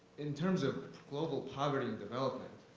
in terms of global poverty and development,